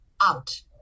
out